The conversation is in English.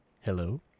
Hello